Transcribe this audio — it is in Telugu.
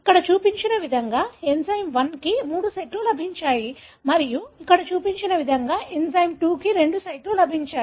ఇక్కడ చూపిన విధంగా ఎంజైమ్ 1 కి మూడు సైట్లు లభించాయి మరియు ఇక్కడ చూపిన విధంగా ఎంజైమ్ 2 కి రెండు సైట్లు లభించాయి